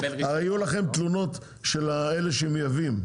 יהיו לכם תלונות של אלו שמייבאים,